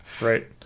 Right